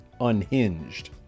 unhinged